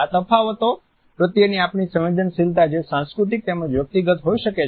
આ તફાવતો પ્રત્યેની આપણી સંવેદનશીલતા જે સાંસ્કૃતિક તેમજ વ્યક્તિગત હોય શકે છે